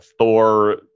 Thor